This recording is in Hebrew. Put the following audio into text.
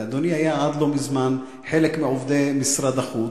אדוני היה עד לא מזמן מעובדי משרד החוץ,